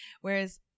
Whereas